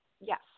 Yes